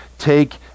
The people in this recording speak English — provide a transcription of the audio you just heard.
take